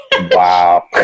wow